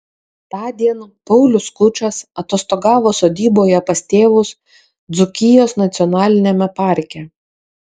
tądien paulius skučas atostogavo sodyboje pas tėvus dzūkijos nacionaliniame parke